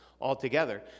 altogether